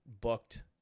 booked